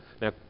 Now